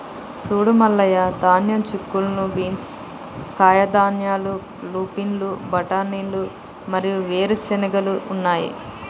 సూడు మల్లయ్య ధాన్యం, చిక్కుళ్ళు బీన్స్, కాయధాన్యాలు, లూపిన్లు, బఠానీలు మరియు వేరు చెనిగెలు ఉన్నాయి